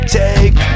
take